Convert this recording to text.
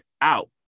out